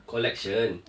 collection